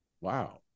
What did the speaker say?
wow